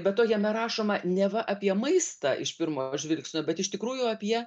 be to jame rašoma neva apie maistą iš pirmo žvilgsnio bet iš tikrųjų apie